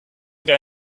were